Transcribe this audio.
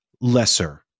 lesser